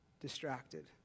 distracted